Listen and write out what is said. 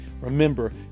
remember